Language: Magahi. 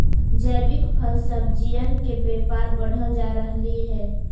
जैविक फल सब्जियन के व्यापार बढ़ल जा रहलई हे